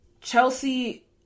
Chelsea